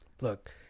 Look